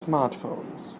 smartphones